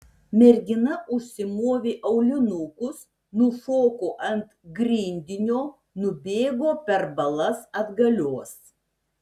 mergina užsimovė aulinukus nušoko ant grindinio nubėgo per balas atgalios